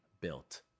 built